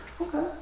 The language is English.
Okay